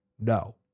No